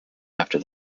after